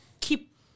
keep